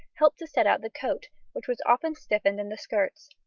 helped to set out the coat, which was often stiffened in the skirts.